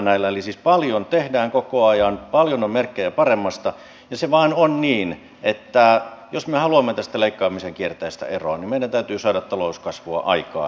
eli siis paljon tehdään koko ajan paljon on merkkejä paremmasta ja se vain on niin että jos me haluamme tästä leikkaamisen kierteestä eroon niin meidän täytyy saada talouskasvua aikaan